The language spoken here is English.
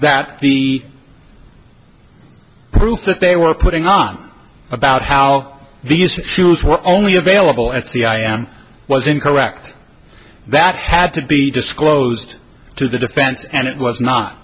that he proof that they were putting on about how these shoes were only available and see i am was incorrect that had to be disclosed to the defense and it was not